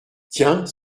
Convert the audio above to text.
tiens